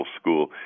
school